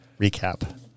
recap